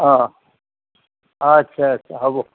অঁ অঁ আচ্ছা আচ্ছা হ'ব